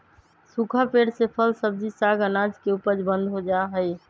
सूखा पेड़ से फल, सब्जी, साग, अनाज के उपज बंद हो जा हई